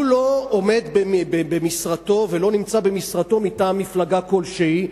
הוא לא נמצא במשרתו מטעם מפלגה כלשהי,